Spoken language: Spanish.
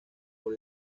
por